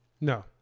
No